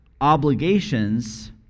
obligations